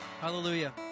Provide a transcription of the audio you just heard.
Hallelujah